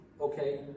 Okay